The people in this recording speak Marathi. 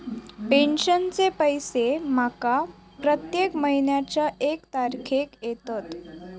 पेंशनचे पैशे माका प्रत्येक महिन्याच्या एक तारखेक येतत